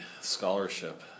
Scholarship